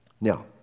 Now